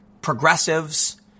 progressives